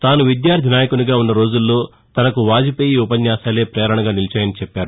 తాను విద్యార్ది నాయకునిగా ఉన్న రోజుల్లో తనకు వాజ్పేయీ ఉపన్యాసాలే పేరణగా నిలిచాయని చెప్పారు